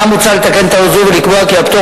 עתה מוצע לתקן טעות זו ולקבוע כי הפטור